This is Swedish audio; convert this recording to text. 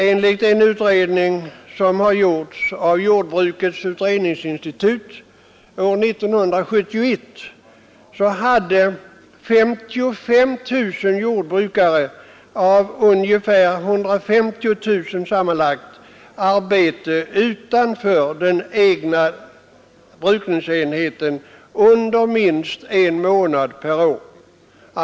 Enligt den utredning som har gjorts av Jordbrukets utredningsinstitut år 1971 hade 55 000 jordbrukare av sammanlagt ungefär 150 000 arbete utanför den egna brukningsenheten under minst en månad per år.